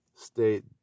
state